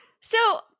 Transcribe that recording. So-